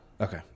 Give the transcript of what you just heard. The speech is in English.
Okay